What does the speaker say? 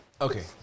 Okay